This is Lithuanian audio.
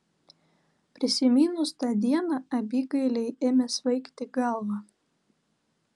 prisiminus tą dieną abigailei ėmė svaigti galva